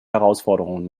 herausforderungen